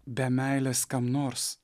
be meilės kam nors